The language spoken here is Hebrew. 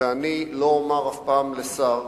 ואני אף פעם לא אומר לשר,